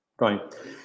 Right